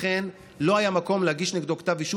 ולכן לא היה מקום להגיש נגדו כתב אישום,